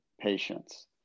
patients